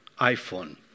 iPhone